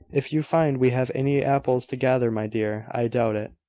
if you find we have any apples to gather, my dear. i doubt it.